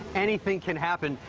anything can happen